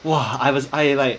!wah! I was I like